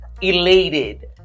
elated